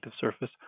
surface